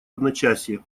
одночасье